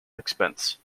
expense